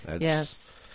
Yes